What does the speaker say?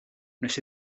wnes